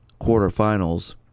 quarterfinals